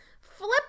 flip